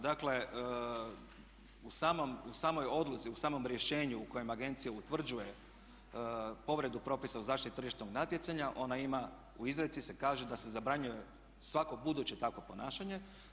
Dakle, u samoj odluci, u samom rješenju u kojem agencija utvrđuje povredu propisa o zaštiti tržišnog natjecanja ona ima, u izreci se kaže da se zabranjuje svako buduće takvo ponašanje.